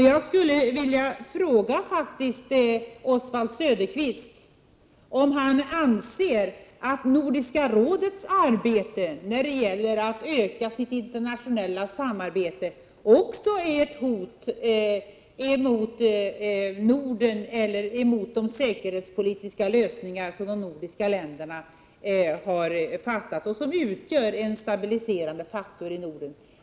Jag skulle vilja fråga Oswald Söderqvist, om han anser att Nordiska rådets arbete när det gäller att öka det internationella samarbetet också är ett hot emot — Prot. 1987/88:114 Norden eller emot de säkerhetspolitiska lösningar som de nordiska länderna 4 maj 1988 har bestämt sig för och som utgör en stabiliserande faktor i Norden.